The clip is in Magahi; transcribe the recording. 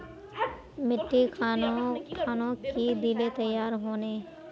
मिट्टी खानोक की दिले तैयार होने?